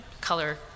color